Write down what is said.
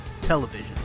television